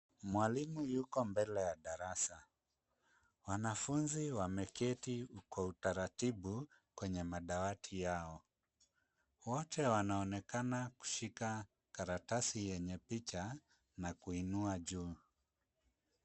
Mwalimu yuko mbele ya darasa. Wanafunzi wameketi kwa utaratibu kwenye madawati yao. Wote wanaonekana kushika karatasi yenye picha na kuinua juu.